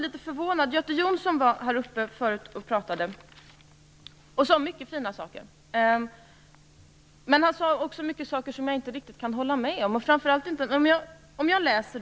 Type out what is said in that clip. Göte Jonsson sade många fina saker här. Men han sade också mycket som jag inte riktigt kan hålla med om.